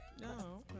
No